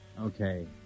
Okay